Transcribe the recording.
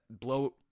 blow –